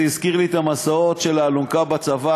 זה הזכיר לי את מסעות האלונקות בצבא,